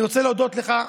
אני רוצה להודות לך,